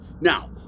Now